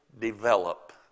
develop